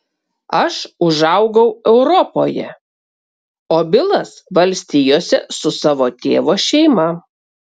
aš užaugau europoje o bilas valstijose su savo tėvo šeima